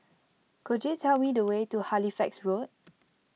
could you tell me the way to Halifax Road